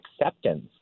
acceptance